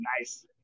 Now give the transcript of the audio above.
Nice